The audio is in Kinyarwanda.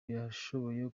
yashoboye